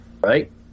Right